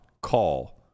call